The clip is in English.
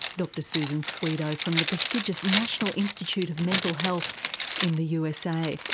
dr susan swedo from the prestigious national institute of mental health in the usa.